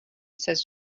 says